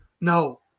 No